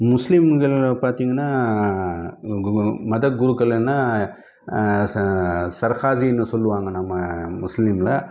முஸ்லீம்கள் பார்த்திங்கன்னா மத குருக்கள் ஏன்னால் சர்காஜின்னு சொல்லுவாங்க நம்ம முஸ்லீமில்